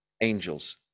angels